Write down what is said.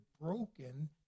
broken